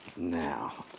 now.